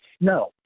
No